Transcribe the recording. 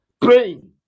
praying